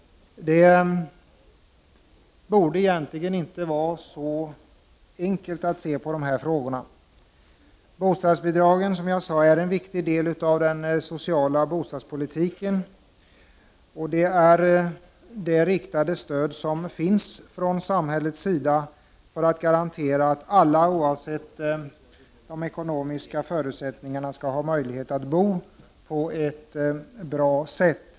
Det borde egentligen inte vara så enkelt att se på dessa frågor. Bostadsbidragen är, som jag sade, en viktig del i den sociala bostadspolitiken. Det handlar om riktade stöd från samhället för att garantera att alla oavsett ekonomiska förutsättningar skall ha möjlighet att bo på ett bra sätt.